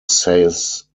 says